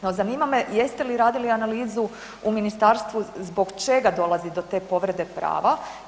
No zanima me jeste li radili analizu u ministarstvu, zbog čega dolazi do te povrede prava?